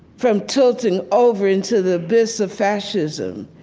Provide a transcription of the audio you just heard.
from tilting over into the abyss of fascism.